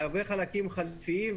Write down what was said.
--- הרבה חלקים חלופיים,